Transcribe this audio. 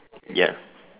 ya